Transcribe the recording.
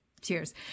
Cheers